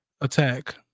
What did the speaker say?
attack